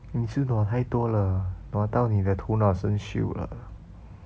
你是 nua 太多了 nua 到你的头脑生锈了